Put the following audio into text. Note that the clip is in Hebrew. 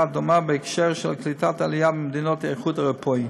דומה בהקשר של קליטת עלייה ממדינות האיחוד האירופי.